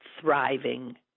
thriving